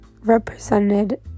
represented